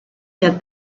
der